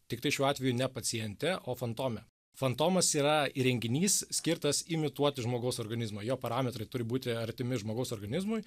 tiktai šiuo atveju ne paciente o fantome fantomas yra įrenginys skirtas imituoti žmogaus organizmą jo parametrai turi būti artimi žmogaus organizmui